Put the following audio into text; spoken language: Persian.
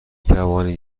توانید